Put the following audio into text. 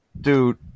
dude